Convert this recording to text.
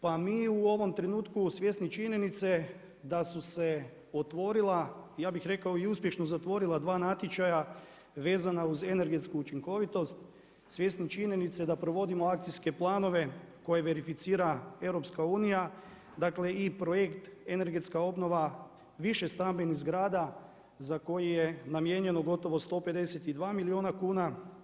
Pa mi u ovom trenutku svjesni činjenice da su se otvorila, ja bih rekao i uspješno zatvorila dva natječaja vezana uz energetsku učinkovitost, svjesni činjenice da provodimo akcijske planove koje verificira EU dakle i projekt energetska obnova više stambenih zgrada za koje je namijenjeno gotovo 152 milijuna kuna.